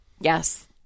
Yes